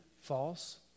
false